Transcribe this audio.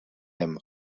him